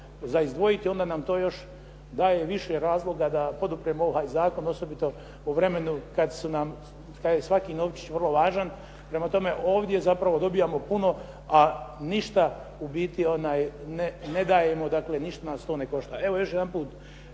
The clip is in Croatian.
za izdvojiti, onda nam to još daje više razloga da podupremo ovaj zakon, osobito u vremenu kad je svaki novčić vrlo važan. Prema tome, ovdje zapravo dobivamo puno, a ništa ubiti ne dajemo, dakle ništa nas to ne košta. Evo, još jedanput,